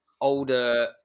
older